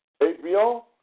HBO